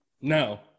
No